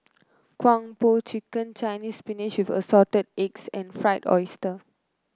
Kung Po Chicken Chinese Spinach with Assorted Eggs and Fried Oyster